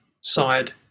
side